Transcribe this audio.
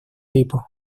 tipo